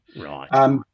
Right